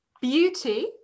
Beauty